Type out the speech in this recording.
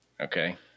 Okay